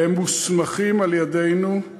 והם מוסמכים על-ידינו,